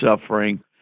suffering